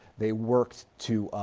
they worked to